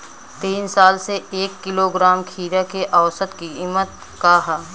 तीन साल से एक किलोग्राम खीरा के औसत किमत का ह?